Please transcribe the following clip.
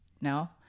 No